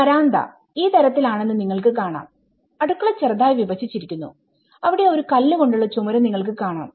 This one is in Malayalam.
വരാന്ത ഈ തരത്തിൽ ആണെന്ന് നിങ്ങൾക്ക് കാണാംഅടുക്കള ചെറുതായി വിഭജിച്ചിരിക്കുന്നു അവിടെ ഒരു കല്ല് കൊണ്ടുള്ള ചുമര് നിങ്ങൾക്ക് കാണാം